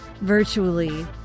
virtually